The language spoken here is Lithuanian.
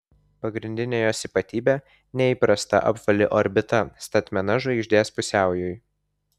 pagrindinė jos ypatybė neįprasta apvali orbita statmena žvaigždės pusiaujui